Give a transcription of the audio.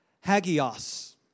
hagios